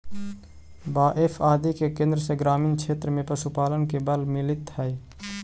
बाएफ आदि के केन्द्र से ग्रामीण क्षेत्र में पशुपालन के बल मिलित हइ